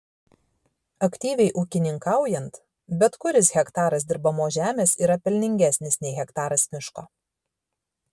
aktyviai ūkininkaujant bet kuris hektaras dirbamos žemės yra pelningesnis nei hektaras miško